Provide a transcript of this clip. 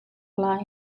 lai